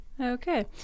Okay